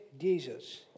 Jesus